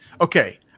Okay